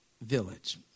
village